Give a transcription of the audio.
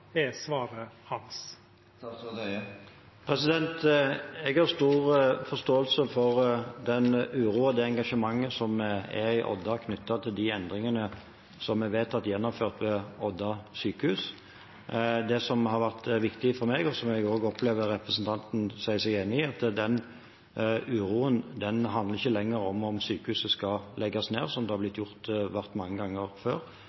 er svaret hans? Jeg har stor forståelse for den uro og det engasjementet som er i Odda, knyttet til de endringene som er vedtatt gjennomført ved Odda sjukehus. Det som har vært viktig for meg, og som jeg også opplever representanten sier seg enig i, er at den uroen ikke lenger handler om hvorvidt sykehuset skal legges ned, som det har gjort mange ganger før.